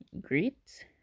great